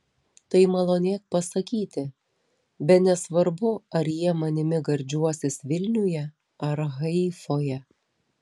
tai malonėk pasakyti bene svarbu ar jie manimi gardžiuosis vilniuje ar haifoje